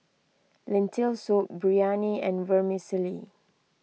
Lentil Soup Biryani and Vermicelli